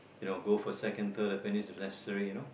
you know go for second third opinions if necessary you know